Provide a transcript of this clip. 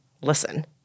Listen